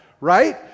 Right